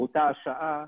באותה השעה,